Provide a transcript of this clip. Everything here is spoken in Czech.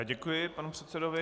Děkuji panu předsedovi.